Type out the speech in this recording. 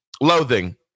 Loathing